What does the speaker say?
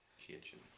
Kitchen